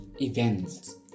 events